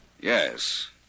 Yes